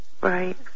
Right